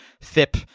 FIP